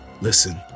Listen